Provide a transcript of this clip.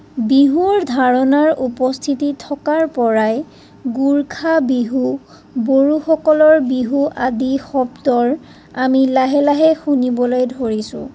বিহুৰ ধাৰণাৰ উপস্থিতি থকাৰ পৰাই গোৰ্খা বিহু বড়োসকলৰ বিহু আদি শব্দৰ আমি লাহে লাহে শুনিবলৈ ধৰিছোঁ